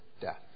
death